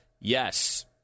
yes